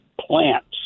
plants